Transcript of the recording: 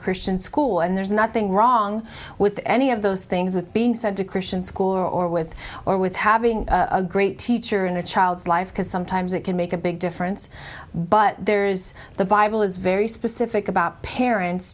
christian school and there's nothing wrong with any of those things with being said to christian school or with or with having a great teacher in a child's life because sometimes it can make a big difference but there is the bible is very specific about parents